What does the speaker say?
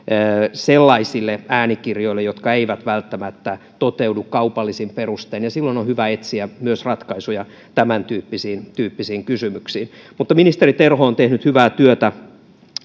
sellaisille äänikirjoille jotka eivät välttämättä toteudu kaupallisin perustein ja silloin on hyvä etsiä ratkaisuja myös tämäntyyppisiin kysymyksiin mutta ministeri terho on tehnyt hyvää työtä